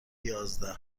یازده